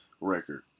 record